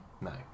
No